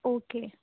okay